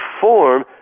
form